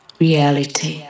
reality